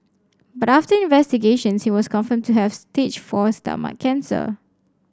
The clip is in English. but after investigations he was confirmed to have stage four stomach cancer